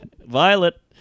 violet